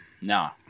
No